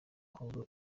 ahubwo